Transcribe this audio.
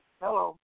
Hello